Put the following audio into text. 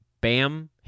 Bam